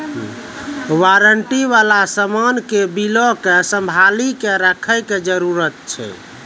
warranty बाला समान के बिलो के संभाली के रखै के जरूरत छै